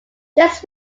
this